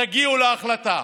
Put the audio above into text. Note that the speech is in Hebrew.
תגיעו להחלטה.